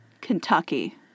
Kentucky